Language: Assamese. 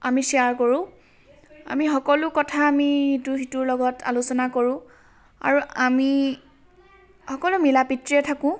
আমি শ্বেয়াৰ কৰোঁ আমি সকলো কথা আমি ইটো সিটোৰ লগত আলোচনা কৰোঁ আৰু আমি সকলো মিলা প্ৰিতীৰে থাকোঁ